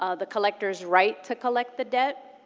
ah the collector's right to collect the debt,